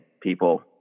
people